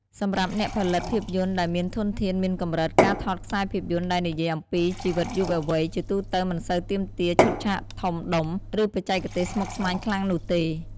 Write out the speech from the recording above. សម្រាប់អ្នកផលិតភាពយន្តដែលមានធនធានមានកម្រិត ការថតខ្សែភាពយន្តដែលនិយាយអំពីជីវិតយុវវ័យ ជាទូទៅមិនសូវទាមទារឈុតឆាកធំដុំ ឬបច្ចេកទេសស្មុគស្មាញខ្លាំងនោះទេ។